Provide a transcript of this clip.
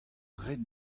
ret